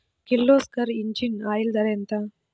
Kirloskar engine oil ధర ఎంత?